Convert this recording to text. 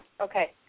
Okay